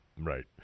right